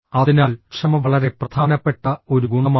അതിനാൽ ക്ഷമ വളരെ പ്രധാനപ്പെട്ട ഒരു ഗുണമാണ്